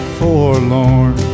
forlorn